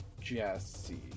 Jesse